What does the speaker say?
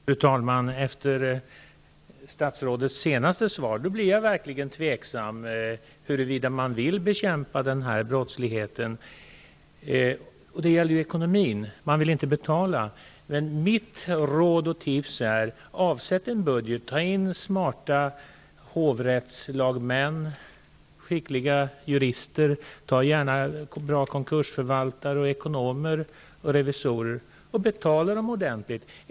Fru talman! Efter statsrådets senaste svar blir jag verkligen tveksam till om man vill bekämpa den här brottsligheten. Det gäller ekonomin. Man vill inte betala. Mitt råd och tips är att man skall avsätta en budget, ta in smarta hovrättslagmän, skickliga jurister, bra konkursförvaltare, ekonomer och revisorer och betala dem ordentligt.